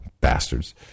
Bastards